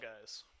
guys